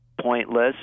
pointless